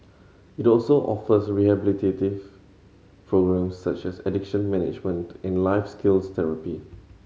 it also offers rehabilitative programmes such as addiction management and life skills therapy